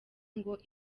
ngo